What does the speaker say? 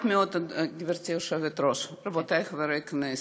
גברתי היושבת-ראש, רבותי חברי הכנסת,